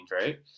right